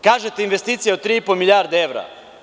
Kažete – investicije od tri i po milijarde evra.